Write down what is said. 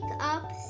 up